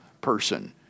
person